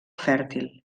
fèrtil